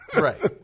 Right